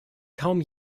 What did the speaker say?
kaum